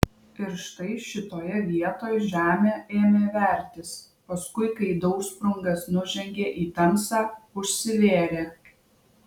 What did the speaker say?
ir štai šitoje vietoj žemė ėmė vertis paskui kai dausprungas nužengė į tamsą užsivėrė